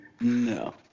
No